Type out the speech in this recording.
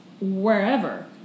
wherever